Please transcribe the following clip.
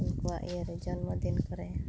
ᱡᱚᱱᱢᱚᱫᱤᱱ ᱠᱚᱨᱮ